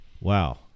wow